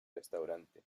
restaurante